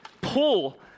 pull